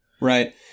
Right